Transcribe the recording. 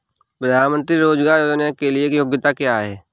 प्रधानमंत्री रोज़गार योजना के लिए योग्यता क्या है?